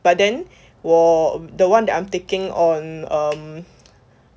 but then 我 the one that I'm taking on um